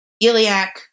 iliac